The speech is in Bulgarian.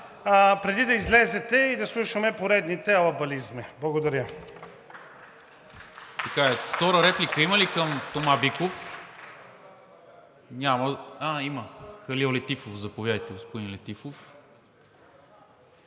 преди да излезете и да слушаме поредните алабализми. Благодаря.